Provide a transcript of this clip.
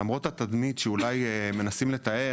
למרות התדמית שאולי מנסים לתאר,